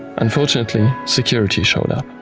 unfortunately, security showed up.